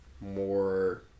more